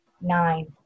nine